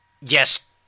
Yes